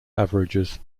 averages